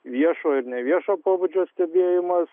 viešo ir neviešo pobūdžio stebėjimas